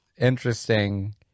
interesting